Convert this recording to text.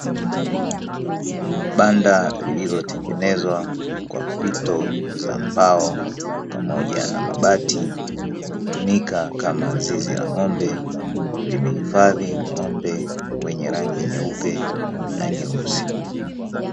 Banda lililotengenezwa kwa fito za mbao pamoja na mabati, hutumika kama zizi la ng'ombe; limehifadhi ng'ombe wenye rangi nyeupe na nyeusi.